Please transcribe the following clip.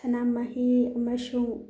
ꯁꯅꯥꯃꯍꯤ ꯑꯃꯁꯨꯡ